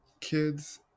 kids